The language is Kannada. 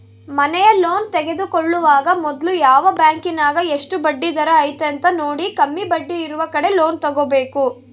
ಮನೆಯ ಲೋನ್ ತೆಗೆದುಕೊಳ್ಳುವಾಗ ಮೊದ್ಲು ಯಾವ ಬ್ಯಾಂಕಿನಗ ಎಷ್ಟು ಬಡ್ಡಿದರ ಐತೆಂತ ನೋಡಿ, ಕಮ್ಮಿ ಬಡ್ಡಿಯಿರುವ ಕಡೆ ಲೋನ್ ತಗೊಬೇಕು